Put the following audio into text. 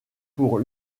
pour